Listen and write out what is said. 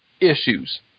issues